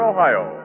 Ohio